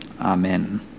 Amen